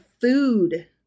food